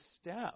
step